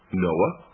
noah,